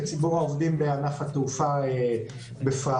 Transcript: בציבור העובדים בענף התעופה בפרט.